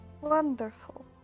Wonderful